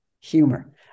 humor